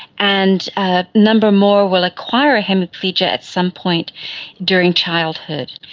and a number more will acquire a hemiplegia at some point during childhood.